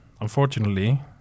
unfortunately